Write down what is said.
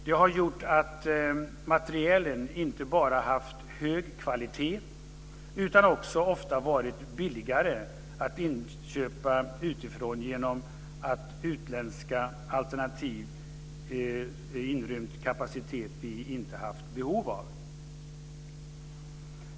Det har gjort att materielen inte bara har haft hög kvalitet utan också ofta har varit billigare än inköp utifrån genom att utländska alternativ har inrymt kapacitet som vi inte har haft behov av.